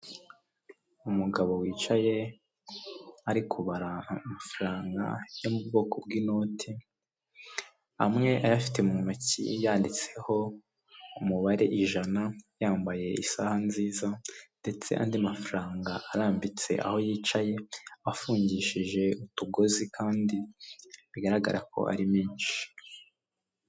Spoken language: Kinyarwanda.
Umugabo wicaye arikubara amafaranga yo mu bwoko bw'inoti amwe ayafite mu ntoki yanditseho umubare ijana yambaye isaha nziza ndetse andi mafaranga arambitse aho yicaye afungishije utugozi kandi bigaragara ko ari menshi.